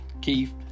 Keith